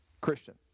Christian